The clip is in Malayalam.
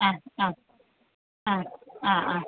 ആ ആ ആ ആ ആ